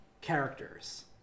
Characters